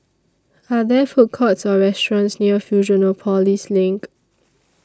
Are There Food Courts Or restaurants near Fusionopolis LINK